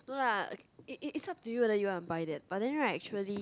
no lah it's it's up to you want to buy that but then like actually